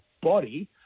body